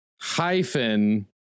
Hyphen